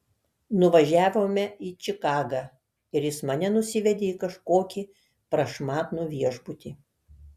nuvažiavome į čikagą ir jis mane nusivedė į kažkokį prašmatnų viešbutį